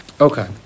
Okay